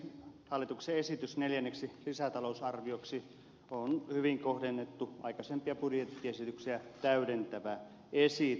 hallituksen esitys neljänneksi lisätalousarvioksi on hyvin kohdennettu aikaisempia budjettiesityksiä täydentävä esitys